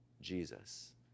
Jesus